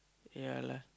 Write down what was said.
yeah lah